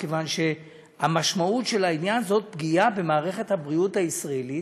מכיוון שהמשמעות של העניין היא פגיעה במערכת הבריאות הישראלית,